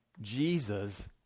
Jesus